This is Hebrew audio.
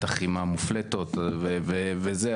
בטח עם המופלטות וזה,